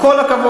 עם כל הכבוד.